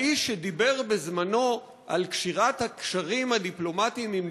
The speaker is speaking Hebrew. האיש שדיבר בזמנו על קשירת הקשרים הדיפלומטיים עם